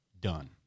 Done